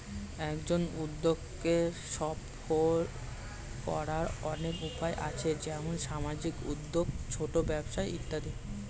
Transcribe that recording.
একজন উদ্যোক্তাকে সফল করার অনেক উপায় আছে, যেমন সামাজিক উদ্যোক্তা, ছোট ব্যবসা ইত্যাদি